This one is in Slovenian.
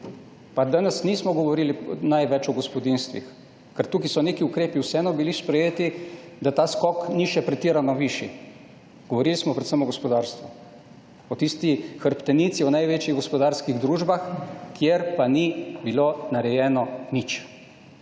Pa danes nismo govorili največ o gospodinjstvih, ker tukaj so neki ukrepi vseeno bili sprejeti, da ta skok ni še pretirano višji. Govorili smo predvsem o gospodarstvu, o tisti hrbtenici, o največjih gospodarskih družbah, kjer pa ni bilo narejeno nič.